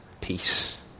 peace